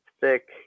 thick